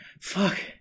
Fuck